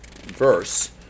verse